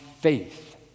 faith